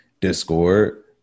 discord